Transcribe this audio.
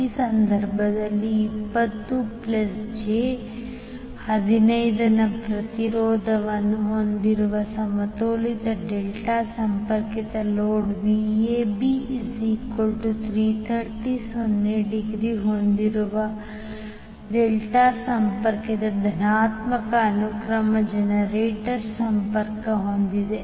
ಈ ಸಂದರ್ಭದಲ್ಲಿ 20 𝑗15 ನ ಪ್ರತಿರೋಧವನ್ನು ಹೊಂದಿರುವ ಸಮತೋಲಿತ ಡೆಲ್ಟಾ ಸಂಪರ್ಕಿತ ಲೋಡ್ 𝐕𝑎𝑏 330∠0 ° V ಹೊಂದಿರುವ ಡೆಲ್ಟಾ ಸಂಪರ್ಕಿತ ಧನಾತ್ಮಕ ಅನುಕ್ರಮ ಜನರೇಟರ್ಗೆ ಸಂಪರ್ಕ ಹೊಂದಿದೆ